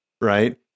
right